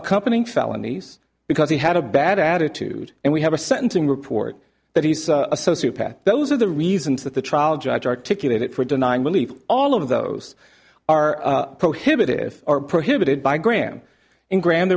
accompanying felonies because he had a bad attitude and we have a sentencing report that he's a sociopath those are the reasons that the trial judge articulate it for denying relief all of those are prohibitive or prohibited by graham and gra